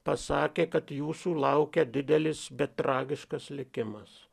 pasakė kad jūsų laukia didelis bet tragiškas likimas